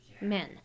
men